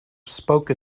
spoke